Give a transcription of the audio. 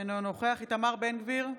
אינו נוכח איתמר בן גביר,